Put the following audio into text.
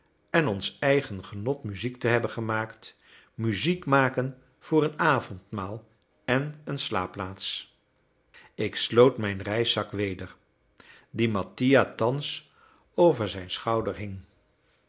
en ons eigen genot muziek te hebben gemaakt muziek maken voor een avondmaal en een slaapplaats ik sloot mijn reiszak weder dien mattia thans over zijn schouder